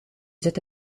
zit